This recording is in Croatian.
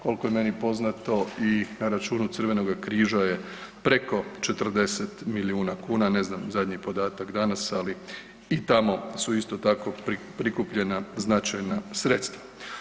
Koliko je meni poznato i na računu Crvenoga križa je preko 40 milijuna kuna, ne znam zadnji podatak danas, ali i tamo su isto tako prikupljena značajna sredstva.